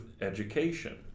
education